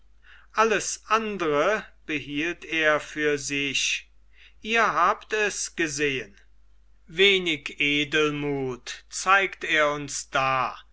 alles andre behielt er für sich ihr habt es gesehen wenig edelmut zeigt er uns da